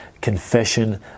confession